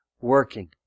working